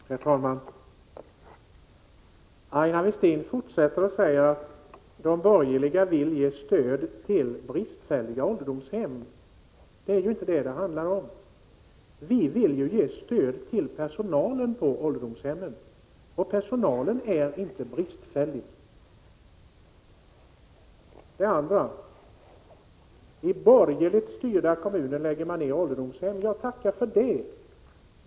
Herr talman! Aina Westin fortsätter att säga att de borgerliga vill ge stöd till bristfälliga ålderdomshem. Det är ju inte detta som det handlar om. Vi vill ju ge stöd till personalen på ålderdomshemmen, och personalen är inte bristfällig. I borgerligt styrda kommuner lägger man ned ålderdomshem, säger Aina Westin. Ja, tacka för det.